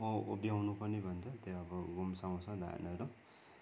उभ्याउनु पनि भन्छन् त्यो अब गुम्साउँछ धानहरू